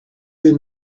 been